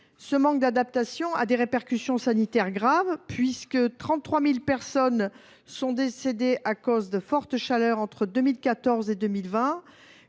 Pareille inadaptation a des répercussions sanitaires graves : 33 000 personnes sont décédées à cause de fortes chaleurs entre 2014 et 2020.